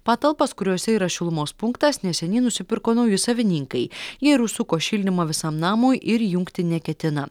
patalpas kuriose yra šilumos punktas neseniai nusipirko nauji savininkai jie ir užsuko šildymą visam namui ir įjungti neketina